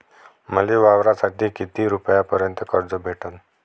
मले वावरासाठी किती रुपयापर्यंत कर्ज भेटन?